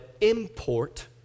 import